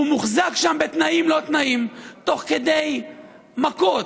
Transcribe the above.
והוא מוחזק שם בתנאים לא תנאים, תוך כדי מכות,